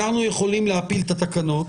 אנחנו טעינו,